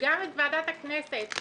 וגם את ועדת הכנסת,